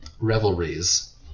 revelries